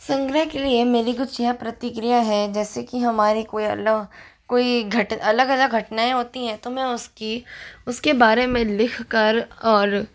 संग्रह के लिए मेरी कुछ यह प्रतिक्रिया है जैसे कि हमारे कोई कोई घट अलग अलग घटनाएँ होती हैं तो मैं उसकी उसके बारे में लिख कर और